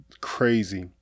crazy